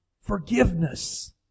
forgiveness